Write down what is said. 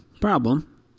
problem